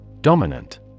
Dominant